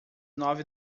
nove